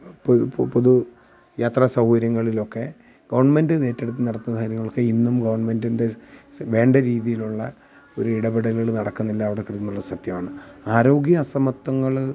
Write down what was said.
ഇപ്പോൾ ഇപ്പോൾ പൊതു യാത്ര സൗകര്യങ്ങളിലൊക്കെ ഗവണ്മെൻ്റ് ഇത് ഏറ്റെടുത്ത് നടത്തുന്ന കാര്യങ്ങളൊക്കെ ഇന്നും ഗവൺമെൻ്റിൻ്റെ വേണ്ട രീതിയിലുള്ള ഒരു ഇടപെടലുകൾ നടക്കുന്നില്ല അവിടെ കിടന്നുള്ള സത്യമാണ് ആരോഗ്യ അസമത്വങ്ങൾ